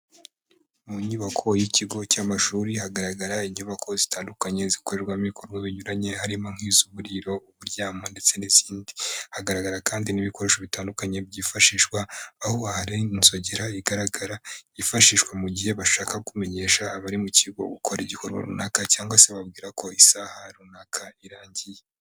Mu nyubako y'ikigo cy'amashuri hagaragara inyubako zitandukanye zikorerwamo ibikorwa binyuranye, harimo nk'iz'uburiro, uburyamo ndetse n'izindi, hagaragara kandi n'ibikoresho bitandukanye byifashishwa, aho hari inzogera igaragara yifashishwa mu gihe bashaka kumenyesha abari mu kigo gukora igikorwa runaka, cyangwa se bababwira ko isaha runaka irangiye.